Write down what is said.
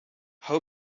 how